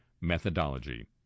methodology